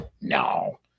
No